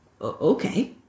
Okay